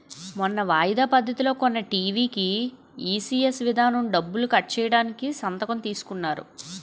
మొన్న వాయిదా పద్ధతిలో కొన్న టీ.వి కీ ఈ.సి.ఎస్ విధానం డబ్బులు కట్ చేయడానికి సంతకం తీసుకున్నారు